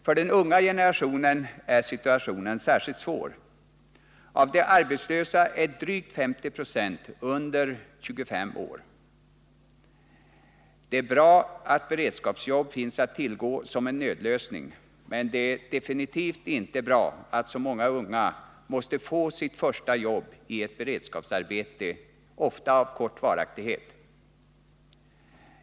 För den unga generationen är situationen särskilt svår. Av de arbetslösa är drygt 50 96 under 25 år. Det är bra att beredskapsjobb finns att tillgå som en nödlösning, men det är definitivt inte bra att så många unga måste få sitt första jobb i ett beredskapsarbete, ofta av kort varaktighet.